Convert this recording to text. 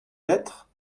lettre